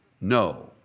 No